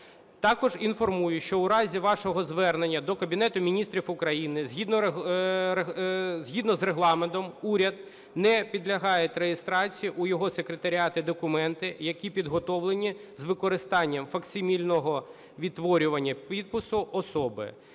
Також інформую, що у разі вашого звернення до Кабінету Міністрів України, згідно з Регламентом, уряд, не підлягають реєстрації в його секретаріаті документи, які підготовлені з використанням факсимільного відтворення підпису особи.